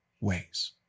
ways